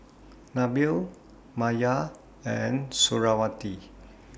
Nabil Maya and Suriawati